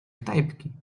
knajpki